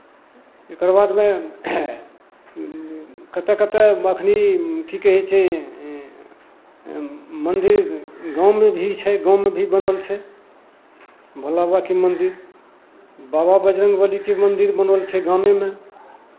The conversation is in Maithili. एकर बादमे कतय कतय एखन की कहै छै मन्दिर गाँवमे भी छै गाँवमे भी बनल छै भोला बाबाके मन्दिर बाबा बजरङ्गबलीके मन्दिर बनल छै गामेमे